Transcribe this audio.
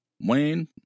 Wayne